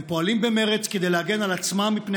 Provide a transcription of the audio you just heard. הם פועלים במרץ כדי להגן על עצמם מפני